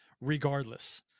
regardless